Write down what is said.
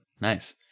nice